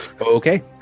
Okay